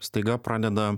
staiga pradeda